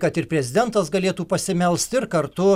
na kad ir prezidentas galėtų pasimelst ir kartu